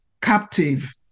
captive